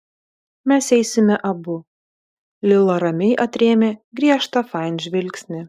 mes eisime abu lila ramiai atrėmė griežtą fain žvilgsnį